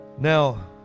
Now